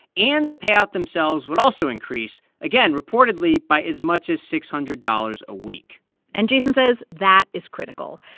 and the payout themselves would also increase, again, reportedly by as much as six hundred dollars a week and jason says that is critical.